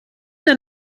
der